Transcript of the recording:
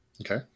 Okay